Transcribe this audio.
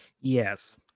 Yes